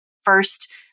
first